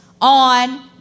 on